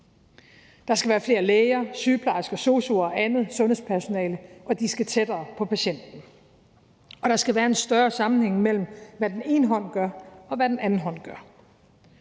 Der skal være flere læger, sygeplejersker, sosu'er og andet sundhedspersonale, og de skal tættere på patienten. Og der skal være en større sammenhæng mellem, hvad den ene hånd gør, og hvad den anden hånd gør.